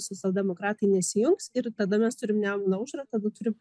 socialdemokratai nesijungs ir tada mes turim nemuno aušrą tada turim